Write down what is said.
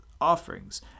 offerings